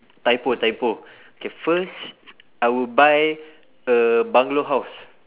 typo typo K first I will buy a bungalow house